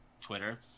Twitter